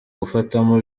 gufatamo